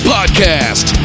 Podcast